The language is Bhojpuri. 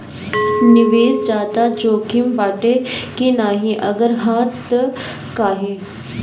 निवेस ज्यादा जोकिम बाटे कि नाहीं अगर हा तह काहे?